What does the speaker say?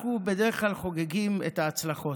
אנחנו בדרך כלל חוגגים את ההצלחות,